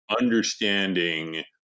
understanding